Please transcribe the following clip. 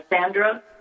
Sandra